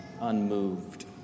unmoved